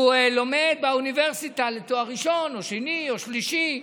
הוא לומד באוניברסיטה לתואר ראשון או שני או שלישי,